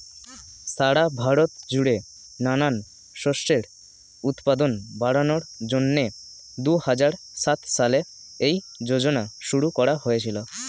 সারা ভারত জুড়ে নানান শস্যের উৎপাদন বাড়ানোর জন্যে দুহাজার সাত সালে এই যোজনা শুরু করা হয়েছিল